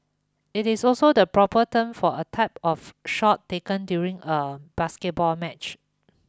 it is also the proper term for a type of shot taken during a basketball match